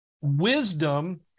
wisdom